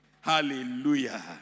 Hallelujah